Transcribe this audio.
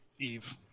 Eve